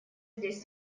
здесь